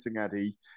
Eddie